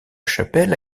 chapelle